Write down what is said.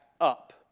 up